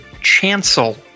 chancel